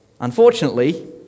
unfortunately